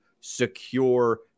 secure